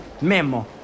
Memo